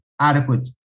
adequate